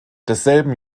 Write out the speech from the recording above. desselben